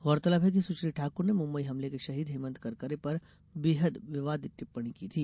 गौरतलब है कि सुश्री ठाकुर ने मुंबई हमले के शहीद हेमंत करकरे पर बेहद विवादित टिप्पणी की थी